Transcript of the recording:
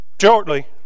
Shortly